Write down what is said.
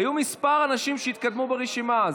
היו כמה אנשים שהתקדמו ברשימה.